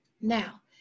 now